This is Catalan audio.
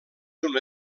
una